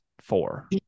four